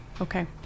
Okay